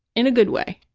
in a good way,